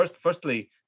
Firstly